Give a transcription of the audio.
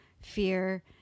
fear